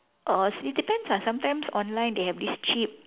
or it's depends ah sometimes online they have this cheap